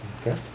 Okay